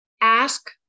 Ask